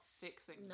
fixing